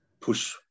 push